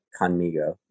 Conmigo